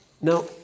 now